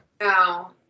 No